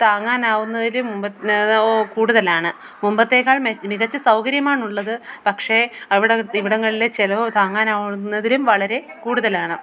താങ്ങാനാവുന്നതിലും കൂടുതലാണ് മുമ്പത്തേക്കാൾ മികച്ച സൗകര്യമാണുള്ളത് പക്ഷേ അവിടെ ഇവിടങ്ങളിലെ ചിലവ് താങ്ങാനാവുന്നതിലും വളരെ കൂടുതലാണ്